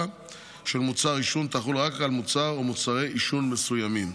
של מוצר עישון תחול רק על מוצר או מוצרי עישון מסוימים.